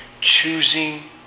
choosing